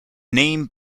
name